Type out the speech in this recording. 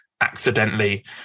accidentally